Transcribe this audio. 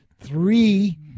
three